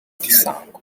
sango